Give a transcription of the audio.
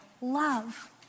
love